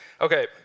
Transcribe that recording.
Okay